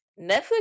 Netflix